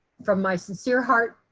from my sincere heart,